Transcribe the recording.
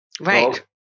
Right